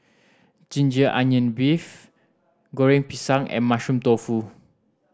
ginger onion beef Goreng Pisang and Mushroom Tofu